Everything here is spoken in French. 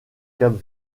cap